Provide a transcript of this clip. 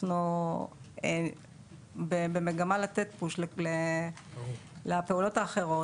אנחנו במגמה לתת דחיפה לפעולות האחרות,